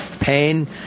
pain